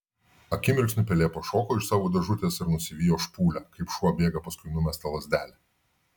akimirksniu pelė pašoko iš savo dėžutės ir nusivijo špūlę kaip šuo bėga paskui numestą lazdelę